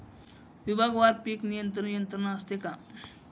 विभागवार पीक नियंत्रण यंत्रणा असते का?